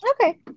Okay